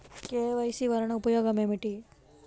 KYC వలన ఉపయోగం ఏమిటీ?